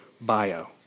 bio